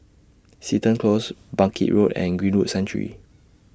Seton Close Bangkit Road and Greenwood Sanctuary